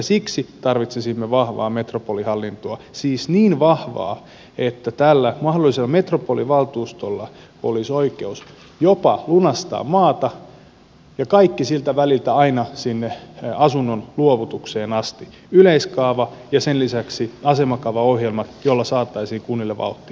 siksi tarvitsisimme vahvaa metropolihallintoa siis niin vahvaa että tällä mahdollisella metropolivaltuustolla olisi oikeus jopa lunastaa maata ja kaikki siltä väliltä aina sinne asunnon luovutukseen asti yleiskaava ja sen lisäksi asemakaavaohjelma jolla saataisiin kunnille vauhtia